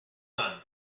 son